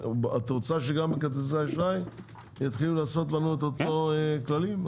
אז את רוצה שגם חברות כרטיסי אשראי יתחילו לעשות לנו את אותם כללים?